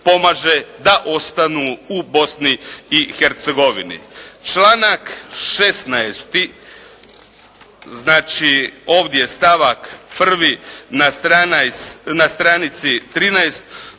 da ostanu u Bosni i Hercegovini. Članak 16., znači, ovdje stavak 1. na stranici 13